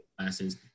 classes